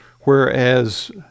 whereas